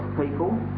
people